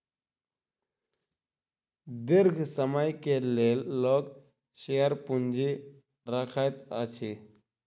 दीर्घ समय के लेल लोक शेयर पूंजी रखैत अछि